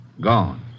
Gone